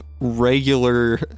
regular